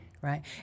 right